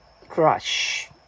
Crush